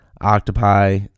Octopi